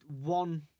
one